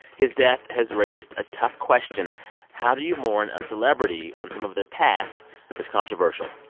his death has raised a tough question how do you mourn a celebrity when some of their past is controversial?